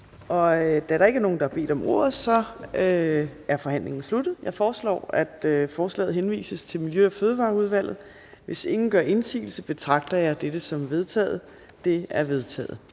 Da der ikke er nogen, der har bedt om ordet, er forhandlingen sluttet. Jeg foreslår, at forslaget til folketingsbeslutning henvises til Miljø- og Fødevareudvalget. Hvis ingen gør indsigelse, betragter jeg dette som vedtaget. Det er vedtaget.